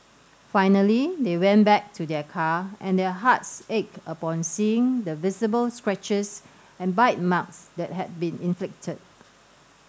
finally they went back to their car and their hearts ached upon seeing the visible scratches and bite marks that had been inflicted